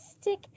stick